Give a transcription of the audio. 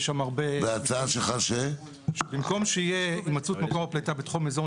בהקשר של המדדים האיכותניים,